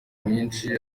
mwinshi